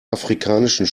afrikanischen